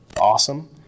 awesome